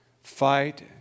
fight